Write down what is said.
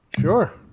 Sure